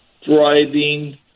thriving